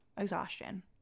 exhaustion